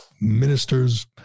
ministers